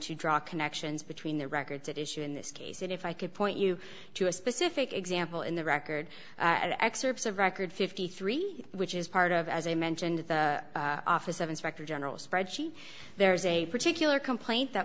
to draw connections between the records it is issue in this case if i could point you to a specific example in the record the excerpts of record fifty three which is part of as i mentioned the office of inspector general spreadsheet there is a particular complaint that